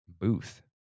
Booth